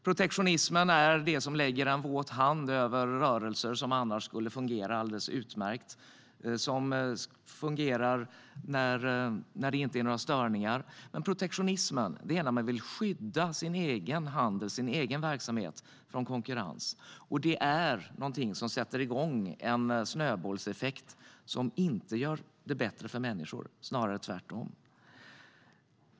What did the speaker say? Protektionismen lägger en våt filt över rörelser som annars skulle fungera alldeles utmärkt; som fungerar när det inte är några störningar. Men protektionismen innebär att skydda sin egen handel och verksamhet från konkurrens. Den sätter igång en snöbollseffekt som inte gör det bättre för människor, snarare tvärtom.